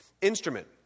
instrument